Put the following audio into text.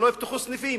שלא יפתחו סניפים,